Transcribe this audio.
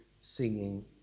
singing